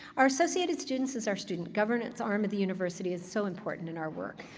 our associated students as our student governance arm at the university is so important in our work.